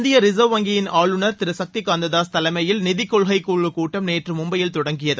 இந்திய ரிசர்வ் வங்கியின் ஆளுநர் திரு சக்தி கந்ததாஸ் தலைமையில் நிதிக்கொள்கை குழு கூட்டம் நேற்று மும்பையில் தொடங்கியது